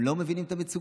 הם לא מבינים את המצוקות.